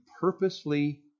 purposely